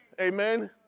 Amen